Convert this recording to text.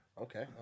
Okay